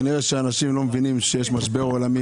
כנראה שאנשים לא מבינים שיש משבר עולמי.